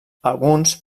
alguns